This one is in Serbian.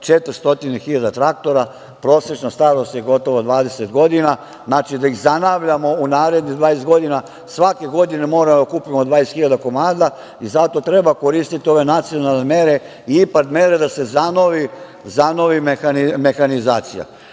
hiljada traktora, prosečna starost je gotovo 20 godina, znači da ih zanavljamo u narednih dvadeset godina, svake godine moramo da kupimo 20 hiljada komada. Zato treba koristiti ove nacionalne mere, ipak mere da se zanovi mehanizacija. Dame